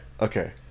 Okay